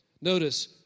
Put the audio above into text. Notice